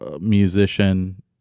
musician